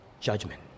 Judgment